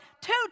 two